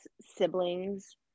siblings